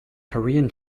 korean